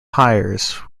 hires